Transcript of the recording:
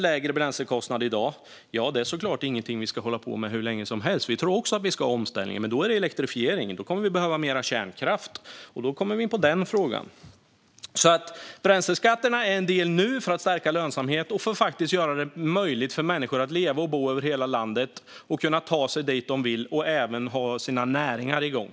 Lägre bränsleskatter är såklart ingenting som vi ska hålla på med hur länge som helst. Vi tror också att vi ska ha en omställning men då genom elektrifieringen. Då kommer vi att behöva mer kärnkraft, och då kommer vi in på den frågan. Bränsleskatterna är en del nu för att stärka lönsamheten och för att göra det möjligt för människor att leva och bo i hela landet. Människor ska kunna ta sig dit de vill och även ha sina näringar igång.